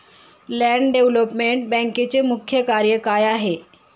Land development बँकेचे मुख्य कार्य काय आहे?